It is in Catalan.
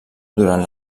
durant